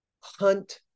hunt